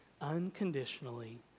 unconditionally